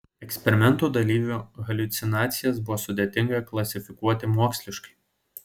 eksperimento dalyvių haliucinacijas buvo sudėtinga klasifikuoti moksliškai